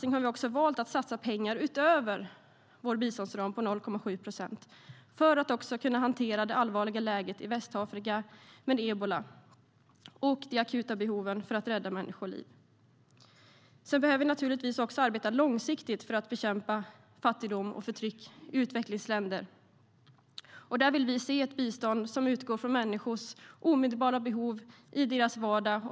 Vi har också valt att satsa pengar utöver vår biståndsram på 0,7 procent för att kunna hantera det mycket allvarliga läget i Västafrika med ebola och de akuta behoven för att rädda människoliv. Vi behöver naturligtvis också arbeta långsiktigt för att bekämpa fattigdom och förtryck i utvecklingsländer. Vi vill se ett bistånd som utgår från människors omedelbara behov i deras vardag.